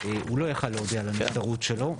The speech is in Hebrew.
הוא לא יכל להודיע על הנבצרות שלו.